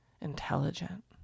intelligent